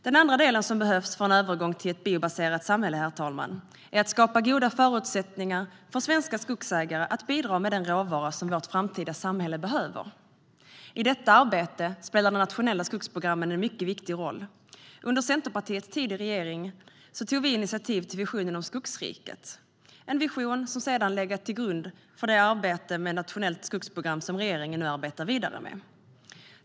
Det andra som behövs för en övergång till ett biobaserat samhälle, herr talman, är att skapa goda förutsättningar för svenska skogsägare att bidra med den råvara som vårt framtida samhälle behöver. I detta arbete spelar det nationella skogsprogrammet en mycket viktig roll. Under Centerpartiets tid i regeringen tog vi initiativ till visionen om Skogsriket, en vision som legat till grund för det arbete med ett nationellt skogsprogram som regeringen nu går vidare med.